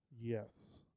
Yes